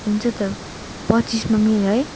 हुन्छ त पच्चिसमा मिल्यो है